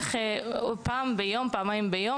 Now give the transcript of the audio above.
שיישלחו פעם או פעמיים ביום,